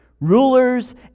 rulers